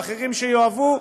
ואחרים שיאהבו,